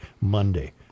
Monday